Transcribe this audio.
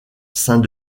saint